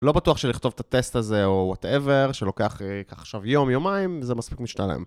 לא בטוח שלכתוב את הטסט הזה או וואטאבר, שלוקח יום יומיים זה מספיק משתלם